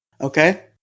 Okay